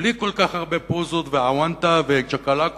בלי כל כך הרבה פוזות ו"עוונטה" וצ'קלקות